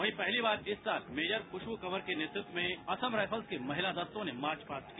वहीं पहली बार इस साल मेजर खुशबू कंवर के नेतृत्व में असम राइफल्स के महिला दस्तों ने मार्च पास्ट किया